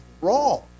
wrong